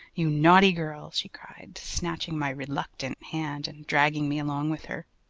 you naughty girl she cried, snatching my reluctant hand and dragging me along with her.